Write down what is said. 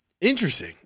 Interesting